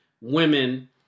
women